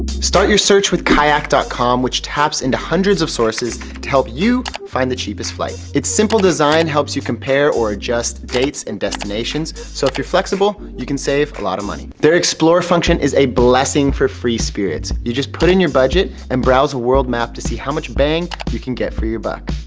start your search with kayak com, which taps into hundreds of sources to help you find the cheapest flight. its simple design helps you compare or adjust dates and destinations. so if you're flexible, you can save a lot of money. their explore function is a blessing for free spirits. you just put in your budget and browse the world map to see how much bang you can get for your buck.